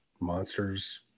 monsters